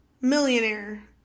millionaire